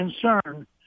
concern